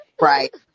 Right